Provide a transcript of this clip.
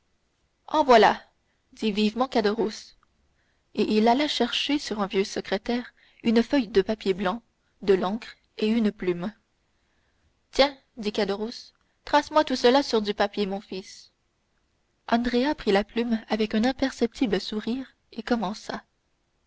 en voilà dit vivement caderousse et il alla chercher sur un vieux secrétaire une feuille de papier blanc de l'encre et une plume tiens dit caderousse trace moi tout cela sur du papier mon fils andrea prit la plume avec un imperceptible sourire et commença